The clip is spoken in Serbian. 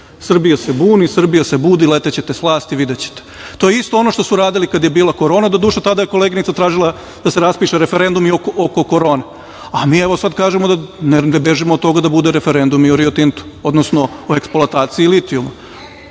Srbija se buni. Srbija se budi. Letećete sa vlasti. Videćete. To je isto ono što su radili kada je bila korona. Doduše, tada je koleginica tražila da se raspiše referendum i oko korone. Mi evo sada kažemo da ne bežimo od toga da bude referendum i o Rio Tintu, odnosno o eksploataciji litijuma. Evo